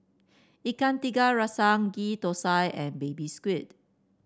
Ikan Tiga Rasa Ghee Thosai and Baby Squid